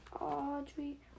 Audrey